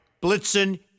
Blitzen